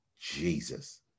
Jesus